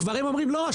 כבר הם אומרים לא,